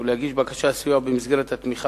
1 2. המקרה המתואר בשאילתא מוכר למשרד התמ"ת,